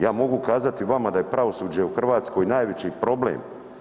Ja mogu kazati vama da je pravosuđe u Hrvatskoj najveći problem.